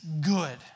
good